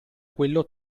quello